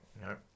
No